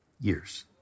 years